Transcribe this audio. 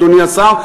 אדוני השר,